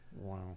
Wow